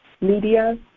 media